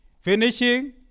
finishing